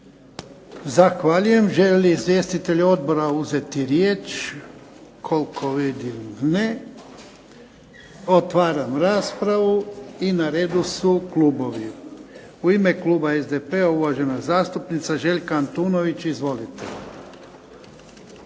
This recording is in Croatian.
Zahvaljujem. Žele li izvjestitelji Odbora uzeti riječ? Koliko vidim ne. Otvaram raspravu. I na redu su klubovi. U ime Kluba SDP-a uvažena zastupnica Željka Antunović. Izvolite.